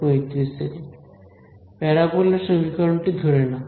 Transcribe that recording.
প্যারাবোলার সমীকরণটি ধরে নাও